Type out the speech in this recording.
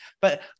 but-